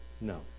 no